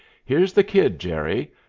here's the kid, jerry,